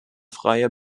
freie